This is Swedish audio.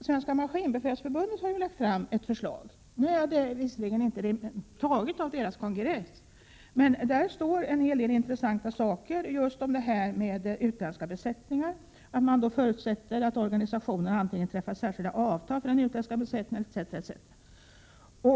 Svenska maskinbefälsförbundet har lagt fram ett förslag — låt vara att det inte har antagits av förbundets kongress — där det står en hel del intressanta saker om just utländska besättningar. Man förutsätter t.ex. att organisationen träffar särskilda avtal med den utländska besättningen, etc.